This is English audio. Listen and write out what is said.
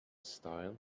style